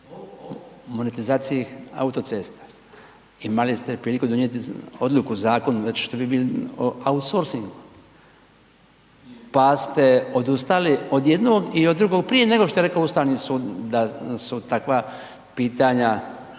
monetizaciji autocesta, imali ste priliku donijeti odluku o zakonu .../Govornik se ne razumije./... outsourcingu pa ste odustali od jednog i od drugog prije nego što je rekao Ustavni sud da su takva pitanja,